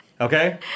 Okay